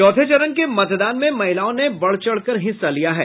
चौथे चरण के मतदान में महिलाओं ने बढ़ चढ़कर हिस्सा लिया है